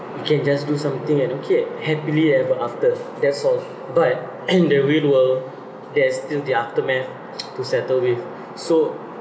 you can just do something and okay happily ever after that's all but in the real world there is still the aftermath to settle with so